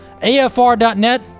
AFR.net